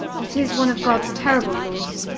it is one of god's terrible laws.